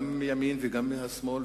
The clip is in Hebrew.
גם מהימין וגם מהשמאל,